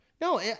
No